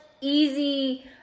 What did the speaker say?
easy